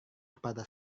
kepada